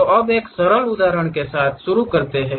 तो अब एक सरल उदाहरण के साथ शुरू करते हैं